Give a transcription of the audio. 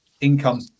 income